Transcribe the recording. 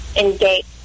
engage